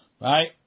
Right